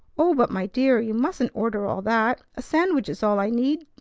oh, but my dear! you mustn't order all that. a sandwich is all i need.